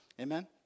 Amen